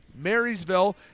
Marysville